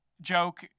joke